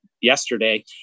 yesterday